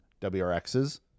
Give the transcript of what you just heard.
WRXs